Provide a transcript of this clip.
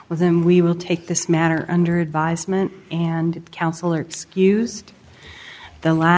well then we will take this matter under advisement and counsel or excuse the la